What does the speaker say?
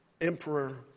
emperor